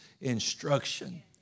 instruction